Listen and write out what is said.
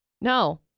no